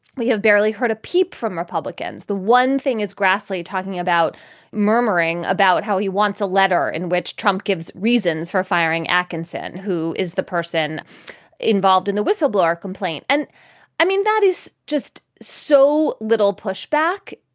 we have barely heard a peep from republicans. the one thing is grassley talking about murmuring about how he wants a letter in which trump gives reasons for firing atkinson, who is the person involved in the whistleblower complaint. and i mean, that is just so little pushback.